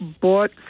bought